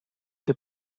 the